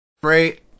great